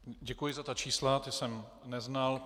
Děkuji za ta čísla, ta jsem neznal.